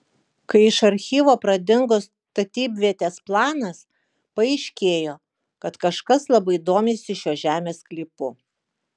kai iš archyvo pradingo statybvietės planas paaiškėjo kad kažkas labai domisi šiuo žemės sklypu